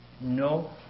no